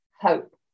hope